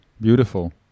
beautiful